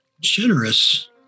generous